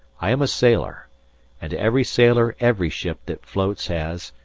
i am a sailor, and to every sailor every ship that floats has,